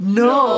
no